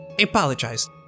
Apologize